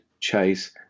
Chase